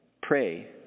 Pray